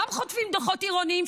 וגם חוטפים דוחות עירוניים,